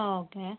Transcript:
okay